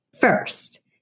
first